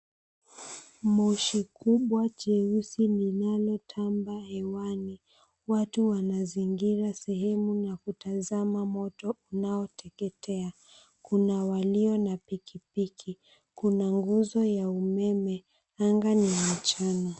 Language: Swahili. Moshi kubwa jeusi linalotanda hewani, watu wanazungira sehemu ya kutazama moto unaoteketea, kuna walio na pikipiki, kuna nguzo ya umeme anga ni mchana.